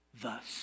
thus